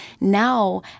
Now